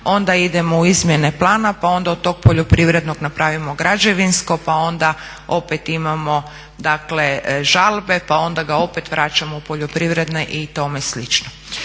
onda idemo u izmjene plana, pa onda od tog poljoprivrednog napravimo građevinsko, pa onda opet imamo, dakle žalbe, pa onda ga opet vraćamo u poljoprivredne i tome slično.